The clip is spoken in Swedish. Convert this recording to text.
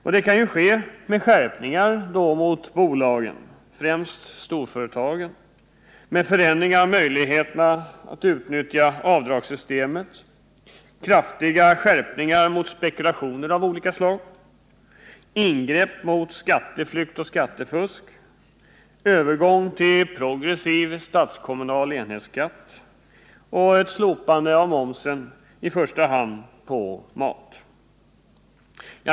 Detta kan ske med skärpningar mot bolagen —, främst då mot storföretagen — med förändringar av möjligheterna att utnyttja avdragssystemet, kraftiga skärpningar mot spekulationer av olika slag, ingrepp mot skatteflykt och skattefusk, övergång till progressiv statskommunal enhetsskatt och ett slopande av momsen, i första hand på mat.